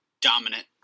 dominant